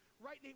right